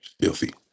filthy